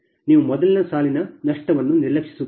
ನೀವು ಮೊದಲು ಸಾಲಿನ ನಷ್ಟವನ್ನು ನಿರ್ಲಕ್ಷಿಸುತ್ತೀರಿ